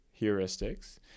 heuristics